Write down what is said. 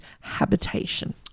habitation